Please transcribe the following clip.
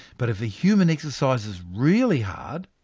but if a human exercises really hard,